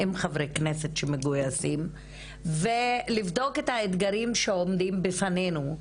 עם חברי כנסת שמגויסים ולבדוק את האתגרים שעומדים בפנינו,